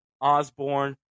Osborne